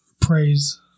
praise